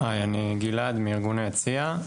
אני גילעד מארגון היציע.